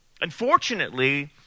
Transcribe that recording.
unfortunately